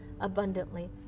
abundantly